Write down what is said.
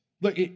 look